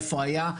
איפה היה,